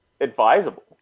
advisable